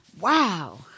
Wow